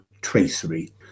tracery